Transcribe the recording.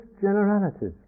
generalities